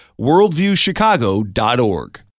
Worldviewchicago.org